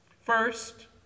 First